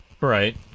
Right